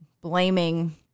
blaming